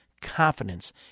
Confidence